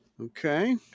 Okay